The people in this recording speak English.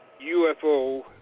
UFO